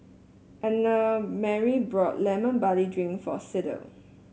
Annemarie bought Lemon Barley Drink for Sydell